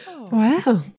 Wow